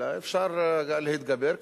אלא אפשר להתגבר.